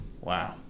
Wow